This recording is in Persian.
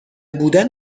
بودن